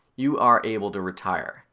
you are able to retire.